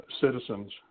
citizens